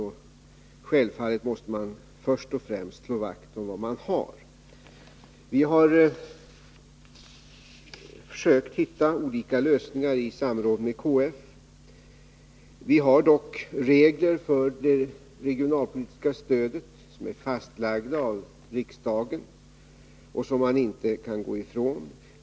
Men självfallet måste man först och främst slå vakt om vad man har. Vi har i samråd med KF försökt hitta olika lösningar. Det finns dock regler för det regionalpolitiska stödet, som är fastlagda av riksdagen och som man inte kan gå ifrån.